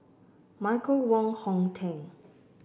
Michael Wong Hong Teng